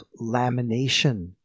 lamination